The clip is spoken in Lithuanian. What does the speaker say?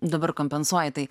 dabar kompensuoji tai